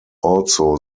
also